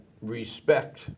respect